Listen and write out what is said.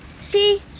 See